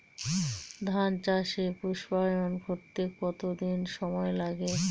ধান চাষে পুস্পায়ন ঘটতে কতো দিন সময় লাগে?